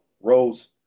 Rose